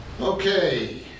Okay